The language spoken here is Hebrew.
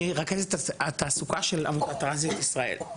אני רכזת התעסוקה של עמותת טרנסיות ישראל.